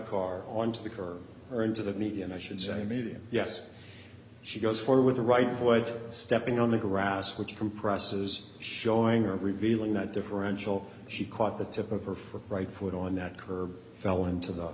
car on to the curb or into the median i should say medium yes she goes for with the right foot stepping on the grass which compresses showing up revealing that differential she caught the tip of her for right foot on that curb fell into the